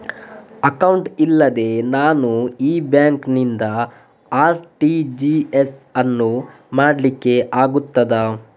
Account ಇಲ್ಲದೆ ನಾನು ಈ ಬ್ಯಾಂಕ್ ನಿಂದ ಆರ್.ಟಿ.ಜಿ.ಎಸ್ ಯನ್ನು ಮಾಡ್ಲಿಕೆ ಆಗುತ್ತದ?